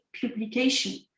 publication